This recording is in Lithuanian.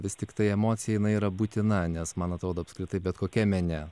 vis tiktai emocija jinai yra būtina nes man atrodo apskritai bet kokiam mene